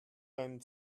deinen